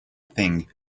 thing